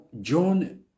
John